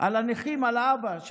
על הנכים על האבא,